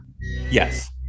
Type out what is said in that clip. Yes